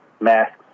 Masks